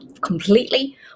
completely